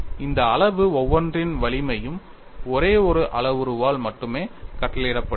இந்த அளவு ஒவ்வொன்றின் வலிமையும் ஒரே ஒரு அளவுருவால் மட்டுமே கட்டளையிடப்படுகிறது